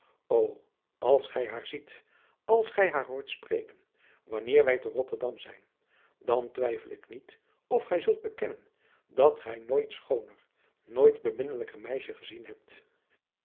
o als gij haar ziet als gij haar hoort spreken wanneer wij te rotterdam zijn dan twijfel ik niet of gij zult bekennen dat gij nooit schooner nooit beminnelijker meisje gezien hebt